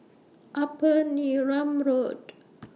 Upper Neram Road